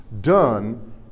done